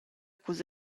culs